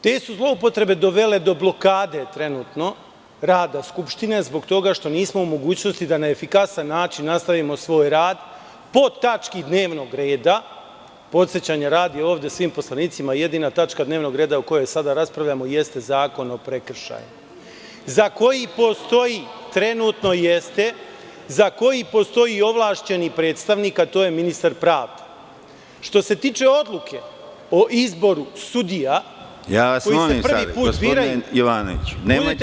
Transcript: Te su zloupotrebe dovele do blokade trenutno rada Skupštine zbog toga što nismo u mogućnosti da na efikasan način nastavimo svoj rad po tački dnevnog reda, podsećanja radi ovde svim poslanicima, jedina tačka dnevnog reda o kojoj sada raspravljamo jeste Zakon o prekršajima, za koji postoji ovlašćeni predstavnik, a to je ministar pravde. (Predsedavajući: Gospodine Jovanoviću, molim vas.) Što se tiče odluke o izboru sudija koji se prvi put biraju…